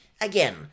again